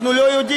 אנחנו לא יודעים.